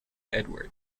edward